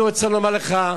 אני רוצה לומר לך,